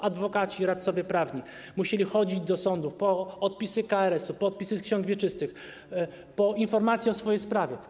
Adwokaci i radcowie prawni musieli chodzić do sądów po odpisy z KRS-u, po odpisy z ksiąg wieczystych, po informacje o swojej sprawie.